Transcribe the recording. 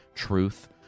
truth